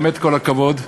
באמת, כל הכבוד.